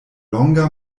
longa